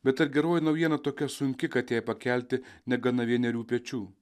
bet ar geroji naujiena tokia sunki kad jai pakelti negana vienerių pečių